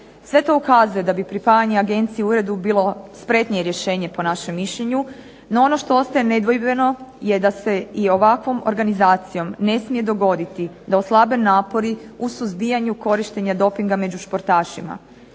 Sve to ukazuje da bi pripajanje agencije uredu bilo spretnije rješenje po našem mišljenju, no ono što ostaje nedvojbeno je da se i ovakvom organizacijom ne smije dogoditi da oslabe napori u suzbijanju korištenja dopinga među športašima,